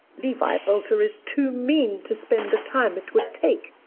levi boulter is too mean to spend the time it would take.